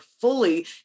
fully